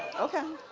okay,